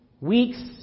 weeks